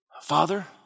Father